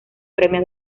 premio